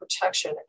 protection